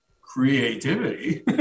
creativity